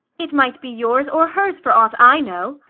it might be yours or hers, for aught i know.